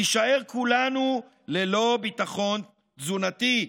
נישאר כולנו ללא ביטחון תזונתי.